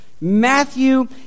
Matthew